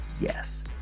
yes